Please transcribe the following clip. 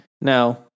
Now